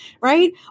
right